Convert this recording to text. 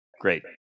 Great